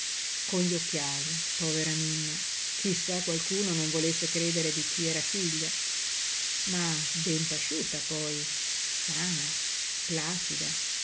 con gli occhiali povera mimma chi sa qualcuno non volesse credere di chi era figlia ma ben pasciuta poi sana placida